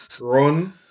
run